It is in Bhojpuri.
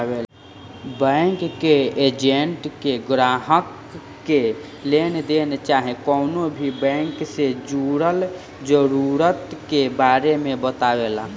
बैंक के एजेंट बैंक के ग्राहक के लेनदेन चाहे कवनो भी बैंक से जुड़ल जरूरत के बारे मे बतावेलन